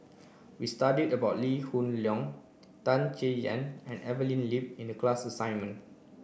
we studied about Lee Hoon Leong Tan Chay Yan and Evelyn Lip in the class assignment